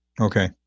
Okay